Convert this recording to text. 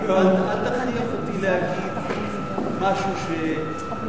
אל תכריח אותי להגיד משהו שאם הייתי